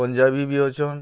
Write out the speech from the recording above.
ପଞ୍ଜାବୀ ବି ଅଛନ୍